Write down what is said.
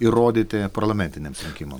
įrodyti parlamentiniams rinkimam